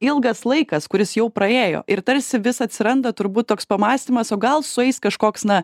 ilgas laikas kuris jau praėjo ir tarsi vis atsiranda turbūt toks pamąstymas o gal sueis kažkoks na